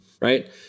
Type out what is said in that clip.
right